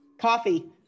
Coffee